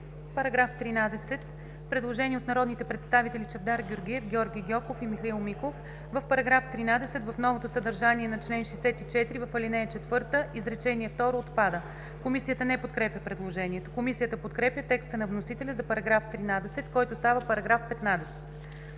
Параграф 13 –предложение от народните представители Чавдар Георгиев, Георги Гьоков и Михаил Миков: „В § 13, в новото съдържание на чл. 64, в ал. 4 изречение второ отпада“. Комисията не подкрепя предложението. Комисията подкрепя текста на вносителя за § 13, който става § 15.